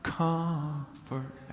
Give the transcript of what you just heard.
comfort